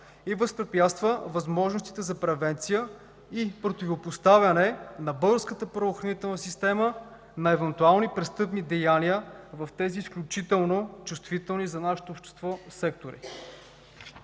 и възпрепятства възможностите за превенция и противопоставяне на българската правоохранителна система на евентуални престъпни деяния в тези изключително чувствителни за нашето общество сектори?